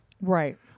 Right